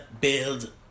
build